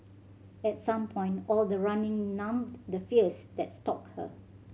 at some point all the running numbed the fears that stalked her